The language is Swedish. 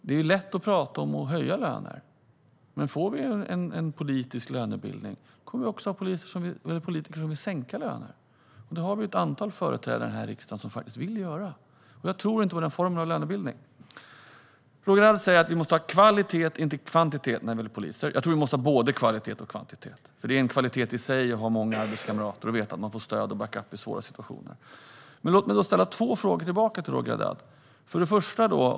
Det är lätt att prata om att höja löner. Men om vi får en politisk lönebildning kommer vi också att få politiker som vill sänka lönerna. Det finns ett antal företrädare här i riksdagen som faktiskt vill göra det. Jag tror inte på den formen av lönebildning. Roger Haddad säger att vi måste tänka på kvalitet och inte kvantitet när vi väljer poliser. Jag tror att vi måste ha både kvalitet och kvantitet. Det är en kvalitet i sig att ha många arbetskamrater och veta att man får stöd och backup i svåra situationer. Låt mig ställa två frågor tillbaka till Roger Haddad!